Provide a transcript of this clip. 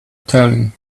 telling